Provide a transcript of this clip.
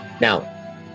Now